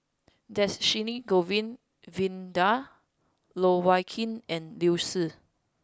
Dhershini Govin Winodan Loh Wai Kiew and Liu Si